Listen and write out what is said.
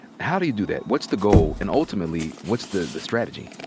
how do you do that? what's the goal? and ultimately, what's the the strategy?